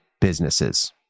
businesses